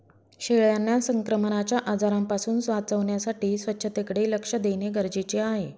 शेळ्यांना संक्रमणाच्या आजारांपासून वाचवण्यासाठी स्वच्छतेकडे लक्ष देणे गरजेचे आहे